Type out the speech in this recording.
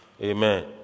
Amen